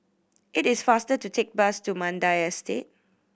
it is faster to take bus to Mandai Estate